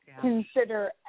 consider